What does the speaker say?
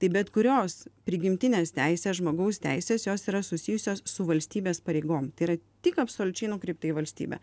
tai bet kurios prigimtinės teisės žmogaus teisės jos yra susijusios su valstybės pareigom tai yra tik absoliučiai nukreipta į valstybę